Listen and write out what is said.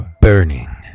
burning